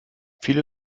viele